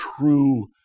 true